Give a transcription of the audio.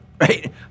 right